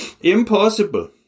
impossible